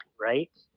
right